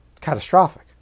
catastrophic